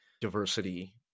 diversity